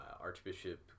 Archbishop